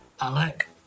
Alec